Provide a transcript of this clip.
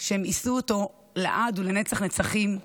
שהן יישאו לעד ולנצח-נצחים,